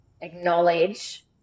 acknowledge